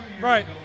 right